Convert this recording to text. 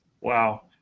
Wow